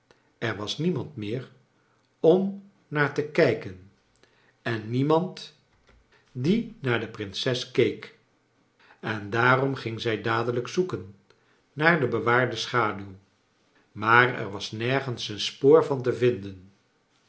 er was niemand meer om naar te kijken en niemand die naar de prinses keek en daarom ging zij dadelijk zoeken naar de be waar de sohaduw maar er was nergens een spoor van te vinden